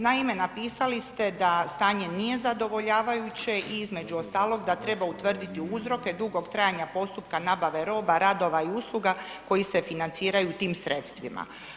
Naime, napisali ste da stanje nije zadovoljavajuće i između ostalog da treba utvrditi uzroke dugog trajanja postupka nabave roba, radova i usluga koji se financiraju tim sredstvima.